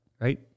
Right